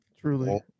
Truly